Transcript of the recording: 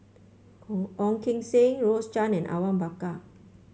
Ong Keng Sen Rose Chan and Awang Bakar